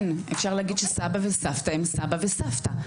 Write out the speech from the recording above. כן, אפשר להגיד שסבא וסבתא הם סבא וסבתא.